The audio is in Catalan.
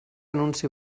anunci